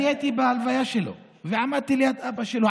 אני הייתי בלוויה שלו ועמדתי ליד אבא שלו,